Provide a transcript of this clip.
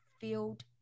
field